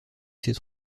ses